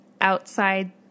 outside